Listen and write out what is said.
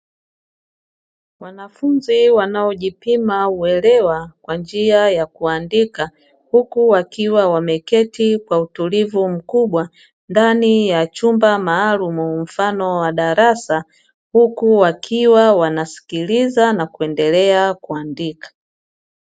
Wanafunzi wanaojipima uelewa kwa njia ya kuandika huku wakiwa wameketi kwa utulivu mkubwa ndani ya chumba maalumu mfano wa darasa huku wakiwa wanasikiliza na kuendelea kuandika.